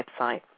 website